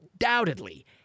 undoubtedly